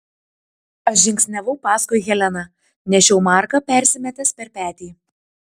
aš žingsniavau paskui heleną nešiau marką persimetęs per petį